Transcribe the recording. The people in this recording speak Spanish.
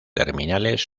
terminales